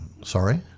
Sorry